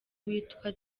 witwa